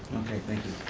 okay, thank you.